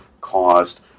caused